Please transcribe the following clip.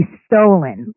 stolen